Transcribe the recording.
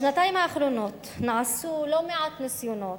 בשנתיים האחרונות נעשו לא מעט ניסיונות,